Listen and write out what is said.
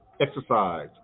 exercise